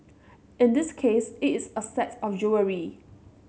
in this case it is a set of jewellery